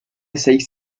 seis